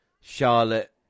Charlotte